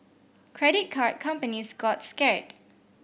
credit card companies got scared